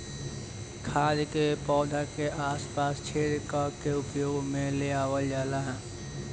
खाद के पौधा के आस पास छेद क के उपयोग में ले आवल जाला